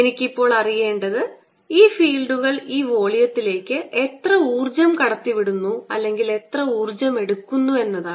എനിക്ക് ഇപ്പോൾ അറിയേണ്ടത് ഈ ഫീൽഡുകൾ ഈ വോള്യത്തിലേക്ക് എത്ര ഊർജ്ജം കടത്തിവിടുന്നു അല്ലെങ്കിൽ എത്ര ഊർജ്ജം എടുക്കുന്നു എന്നതാണ്